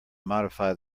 modify